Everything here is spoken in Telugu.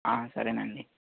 సరేనండి